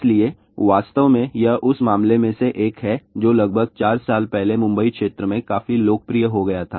इसलिए वास्तव में यह उस मामले में से एक है जो लगभग 4 साल पहले मुंबई क्षेत्र में काफी लोकप्रिय हो गया था